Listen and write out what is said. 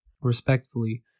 Respectfully